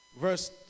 Verse